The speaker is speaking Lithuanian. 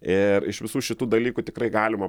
ir iš visų šitų dalykų tikrai galima